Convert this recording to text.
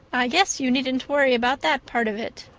i guess you needn't worry about that part of it.